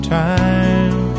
time